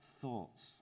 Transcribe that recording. thoughts